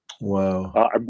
Wow